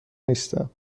نیستم